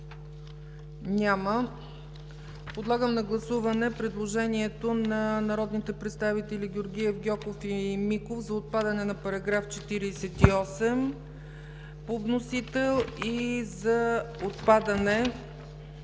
Няма. Подлагам на гласуване предложението на народните представители Георгиев, Гьоков и Миков за отпадане на § 48 по вносител и за отпадане